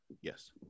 Yes